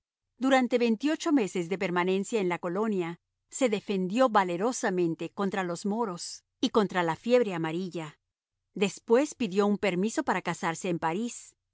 durante veintiocho meses de permanencia en la colonia se defendió valerosamente contra los moros y contra la fiebre amarilla después pidió un permiso para casarse en parís